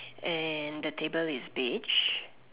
and the table is beige